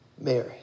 Mary